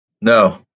No